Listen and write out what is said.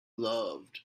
loved